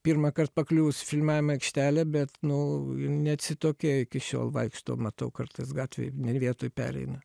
pirmąkart pakliuvus į filmavimo aikštelę bet nu neatsitokėjo iki šiol vaikšto matau kartais gatvėj ne vietoj pereina